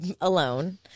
alone